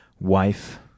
wife